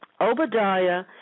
Obadiah